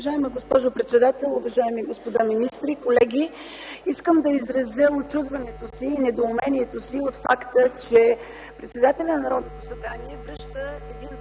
Уважаема госпожо председател, уважаеми господа министри, колеги! Искам да изразя учудването си и недоуменията си от факта, че председателят на Народното събрание връща един